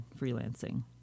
freelancing